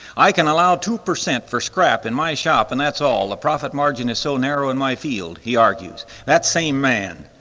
i can allow two percent for scrap in my shop and that's all, the ah profit margin is so narrow in my field, he argues. that same man,